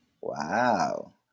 Wow